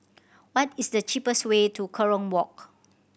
what is the cheapest way to Kerong Walk